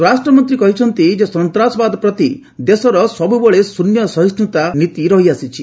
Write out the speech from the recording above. ସ୍ୱରାଷ୍ଟ୍ରମନ୍ତ୍ରୀ କହିଛନ୍ତି ସନ୍ତାସବାଦ ପ୍ରତି ଦେଶର ସବୁବେଳେ ଶ୍ଚନ୍ୟ ସହିଷ୍ଣୁତା ନୀତି ରହିଆସିଛି